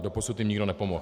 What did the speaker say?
Doposud jim nikdo nepomohl.